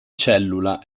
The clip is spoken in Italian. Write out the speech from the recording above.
cellula